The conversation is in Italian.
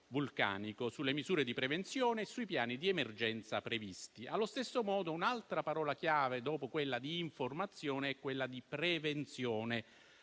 vulcanico, sulle misure di prevenzione e sui piani di emergenza previsti. Allo stesso modo, un'altra parola chiave, dopo "informazione", è "prevenzione".